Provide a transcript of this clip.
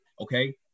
okay